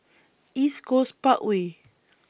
East Coast Parkway